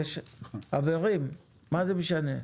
חברים, מה זה משנה?